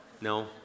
No